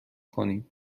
کنیم